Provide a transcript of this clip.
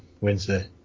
Wednesday